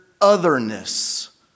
otherness